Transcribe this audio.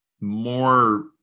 more